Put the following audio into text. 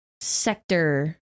sector